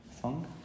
song